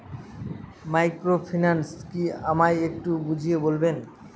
Microfinance কি আমায় একটু বুঝিয়ে বলবেন?